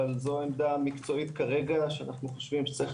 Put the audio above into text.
אבל זו העמדה המקצועית כרגע שאנחנו חושבים שצריך